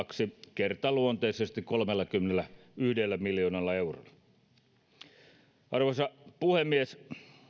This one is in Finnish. kertaluonteisesti kolmellakymmenelläyhdellä miljoonalla eurolla arvoisa puhemies